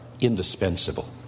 indispensable